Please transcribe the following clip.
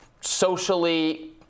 socially